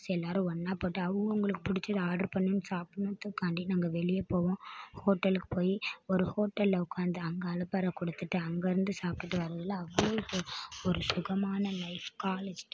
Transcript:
எல்லோரும் ஒன்றா போட்டு அவங்க அவங்களுக்கு பிடிச்சத ஆர்ட்ரு பண்ணி சாப்பிட்னுதுக்காண்டி நாங்கள் வெளியே போவோம் ஹோட்டலுக்கு போய் ஒரு ஹோட்டலில் உட்காந்து அங்கே அளப்பறை கொடுத்துட்டு அங்கேருந்து சாப்பிட்டுட்டு வரையில அவ்வளோ ஒரு சுகமான லைஃப் காலேஜ் டைம்